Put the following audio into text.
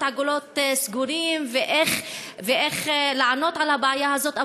עגולים סגורים ואיך לענות על הבעיה הזאת,